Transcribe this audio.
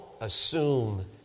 assume